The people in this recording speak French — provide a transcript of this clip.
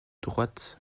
droite